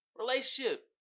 Relationship